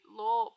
law